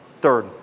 Third